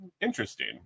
Interesting